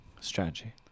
strategy